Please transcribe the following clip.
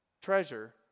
treasure